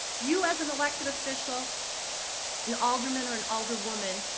you as an elected official an alderman or an alderwoman,